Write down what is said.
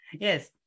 Yes